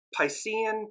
Piscean